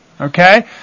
Okay